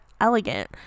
elegant